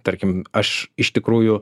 tarkim aš iš tikrųjų